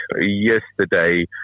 Yesterday